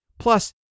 Plus